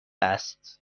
است